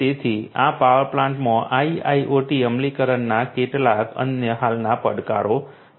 તેથી આ પાવર પ્લાન્ટ્સમાં IIoT અમલીકરણના કેટલાક અન્ય હાલના પડકારો છે